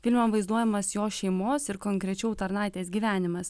filme vaizduojamas jo šeimos ir konkrečiau tarnaitės gyvenimas